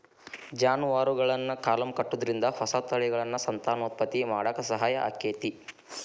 ಜಾನುವಾರುಗಳನ್ನ ಕಲಂ ಕಟ್ಟುದ್ರಿಂದ ಹೊಸ ತಳಿಗಳನ್ನ ಸಂತಾನೋತ್ಪತ್ತಿ ಮಾಡಾಕ ಸಹಾಯ ಆಕ್ಕೆತಿ